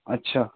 اچھا